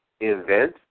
invent